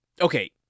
Okay